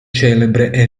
celebre